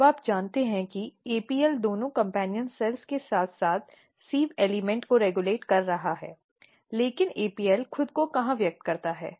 तब आप जानते हैं कि APL दोनों कम्पेन्यन कोशिका के साथ साथ सिव़ एलिमेंट को रेगुलेट कर रहा है लेकिन APL खुद को कहां व्यक्त करता है